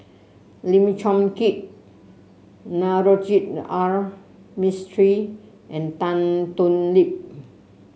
Lim Chong Keat Navroji R Mistri and Tan Thoon Lip